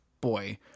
boy